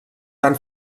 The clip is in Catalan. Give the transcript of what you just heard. van